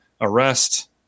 arrest